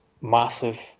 massive